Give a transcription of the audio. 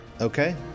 okay